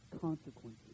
consequences